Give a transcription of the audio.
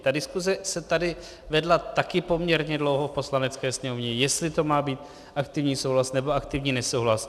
Ta diskuse se tady vedla taky poměrně dlouho v Poslanecké sněmovně, jestli to má být aktivní souhlas, nebo aktivní nesouhlas.